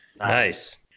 Nice